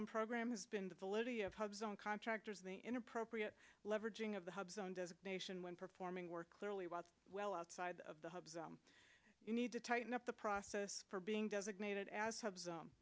them program has been the validity of hubs on contractors the inappropriate leveraging of the hub zone designation when performing work clearly was well outside of the hub you need to tighten up the process for being designated as hubs